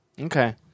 Okay